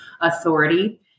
Authority